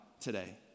today